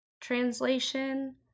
translation